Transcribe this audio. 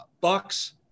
Bucks